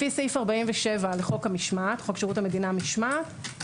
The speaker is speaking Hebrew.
לפי סעיף 47 לחוק שירות המדינה (משמעת),